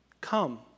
Come